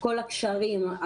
כל הקשרים,